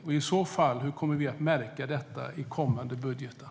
Hur kommer vi i så fall att märka detta i kommande budgetar?